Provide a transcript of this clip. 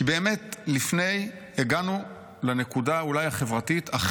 כי באמת לפני הגענו לנקודה החברתית אולי